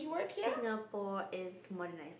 Singapore is modernizing